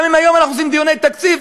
גם אם היום אנחנו עושים דיוני תקציב,